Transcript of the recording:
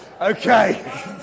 Okay